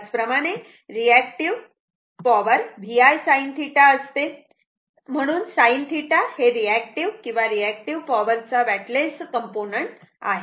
त्याच प्रमाणे reactive power VI sin θ असते म्हणून sin θ हे रिएक्टिव्ह किंवा रिएक्टिव्ह पॉवर चे वॅटलेस कॉम्पोनंट आहे